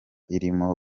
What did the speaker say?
irimo